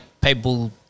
people